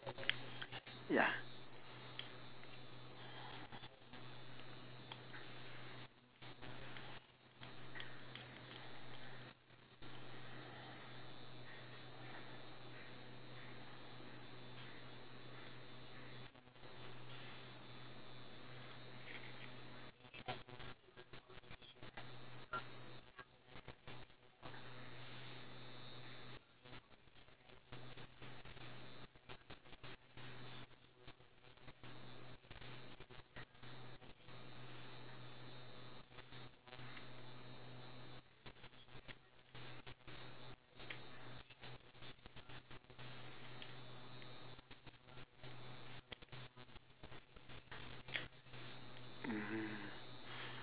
ya